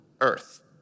earth